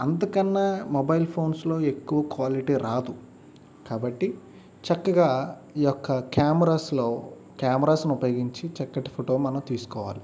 అంతకన్నా మొబైల్ ఫోన్స్లో ఎక్కువ క్వాలిటీ రాదు కాబట్టి చక్కగా ఈ యొక్క క్యామరాస్లో క్యామరాస్ని ఉపయోగించి చక్కటి ఫోటో మనం తీసుకోవాలి